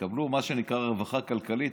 יקבלו מה שנקרא רווחה כלכלית,